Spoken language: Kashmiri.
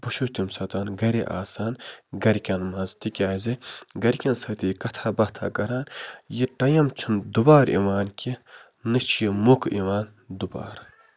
بہٕ چھُس تَمہِ ساتَن گَرے آسان گَرِکٮ۪ن منٛز تِکیٛازِ گَرِکٮ۪ن سۭتی کَتھاہ باتھاہ کَران یہِ ٹایِم چھُنہٕ دُبار یِوان کیٚنٛہہ نَہ چھِ یہِ موقعہٕ یِوان دُبارٕ